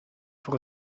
voor